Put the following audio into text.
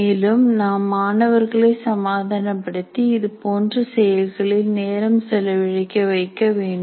மேலும் நாம் மாணவர்களை சமாதானப்படுத்தி இதுபோன்ற செயல்களில் நேரம் செலவழிக்க வைக்க வேண்டும்